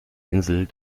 insel